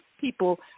people